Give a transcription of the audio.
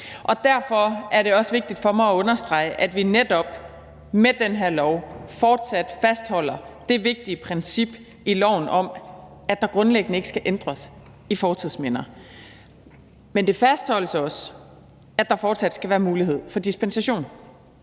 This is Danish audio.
Derfor er det også vigtigt for mig at understrege, at vi netop med den her lov fortsat fastholder det vigtige princip i loven om, at der grundlæggende ikke skal ændres i fortidsminder. Men det fastholdes også, at der fortsat skal være mulighed for dispensation.